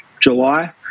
July